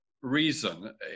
reason